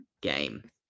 game